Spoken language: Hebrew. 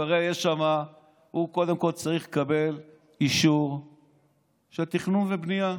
הרי הוא קודם כול צריך לקבל אישור של תכנון ובנייה.